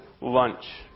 lunch